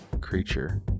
creature